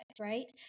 right